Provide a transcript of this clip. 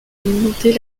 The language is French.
alimenter